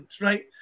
right